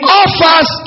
offers